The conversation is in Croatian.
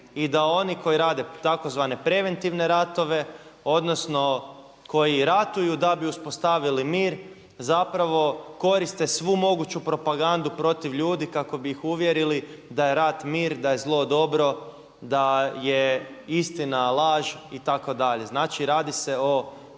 i da oni koji rade tzv. preventivne ratove odnosno koji ratuju da bi uspostavili mir zapravo koriste svu moguću propagandu protiv ljudi kako bi ih uvjerili da je rat mir, da je zlo dobro, da je istina laž itd.. Znači radi se o